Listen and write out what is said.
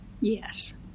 yes